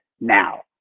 now